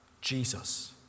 Jesus